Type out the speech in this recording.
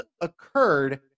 occurred